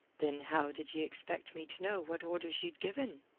then how did ye expect me to know what orders ye'd given?